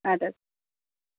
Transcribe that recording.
اَدٕ حظ